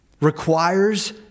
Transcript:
requires